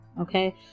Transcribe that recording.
Okay